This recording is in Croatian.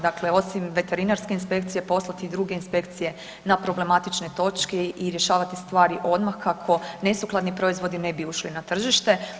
Dakle, osim veterinarske inspekcije poslati i druge inspekcije na problematične točke i rješavati stvari odmah kako nesukladni proizvodi ušli na tržište.